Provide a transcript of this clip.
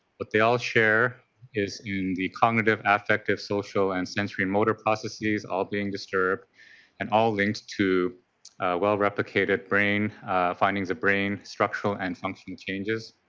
what they all share is the cognitive, affective, social, and sensory and motor processes all being disturbed and all linked to well-replicated findings of brain structural and function changes.